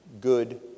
good